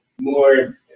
more